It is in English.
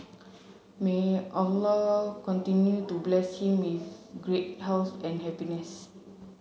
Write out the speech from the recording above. may Allah continue to bless him with good health and happiness